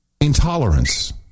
Intolerance